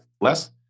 less